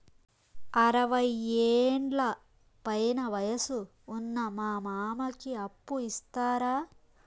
అరవయ్యేండ్ల పైన వయసు ఉన్న మా మామకి అప్పు ఇస్తారా